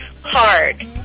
hard